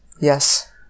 Yes